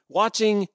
watching